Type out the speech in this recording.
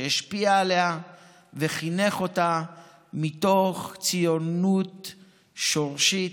שהשפיע עליה וחינך אותה מתוך ציונות שורשית,